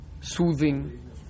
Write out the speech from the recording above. soothing